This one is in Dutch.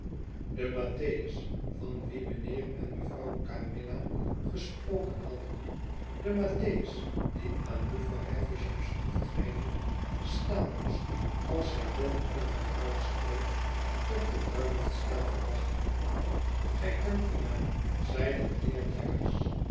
mattheiis van wien mijnheer en mevrouw camilla gesproken hadden de mattheiis die aan jufvrouw havisham's hoofdeneinde staan moest als zij dood in haar bruidskleed op de bruiioftstafel lag gij kent dien naam zeide mijnheer